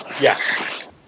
Yes